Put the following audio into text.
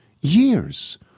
Years